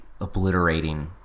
obliterating